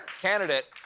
candidate